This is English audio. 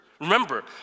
Remember